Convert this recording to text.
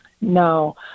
No